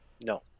No